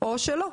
או שלא,